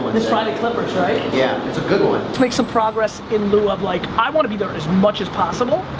this friday clippers, right? yeah make some progress in lieu of like i wanna be there as much as possible.